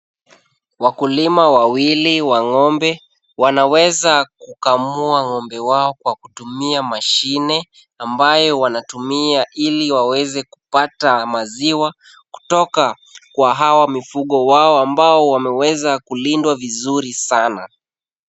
Wakulima wawili wa ng'ombe wanaweza kukamua ng'ombe wao kwa kutumia mashine ambayo wanatumia ili waweze kupata maziwa kutoka kwa hao mifugo wao ambao wameweza kulindwa vizuri sana.